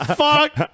fuck